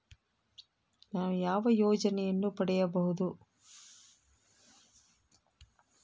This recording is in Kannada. ನಾನು ಯಾವ ಯೋಜನೆಯನ್ನು ಪಡೆಯಬಹುದು?